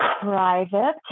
private